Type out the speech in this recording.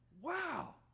wow